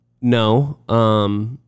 No